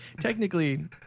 Technically